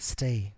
Stay